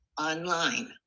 online